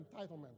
entitlement